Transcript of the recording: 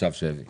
עכשיו שיביא.